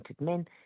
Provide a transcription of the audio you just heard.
men